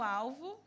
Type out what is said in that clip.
alvo